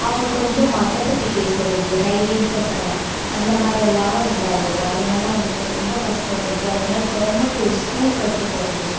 அவங்களை கொஞ்சம் மட்டம்தட்டி பேசறது ஹை ரேஞ்ச் பசங்கள் அந்த மாதிரில்லாம் உண்டாகுது அதனால் அவங்களுக்கு ரொம்ப கஷ்டம் வருது அதனால் கவர்மெண்ட் ஒரு ஸ்கூல் கட்டி தரதில்லை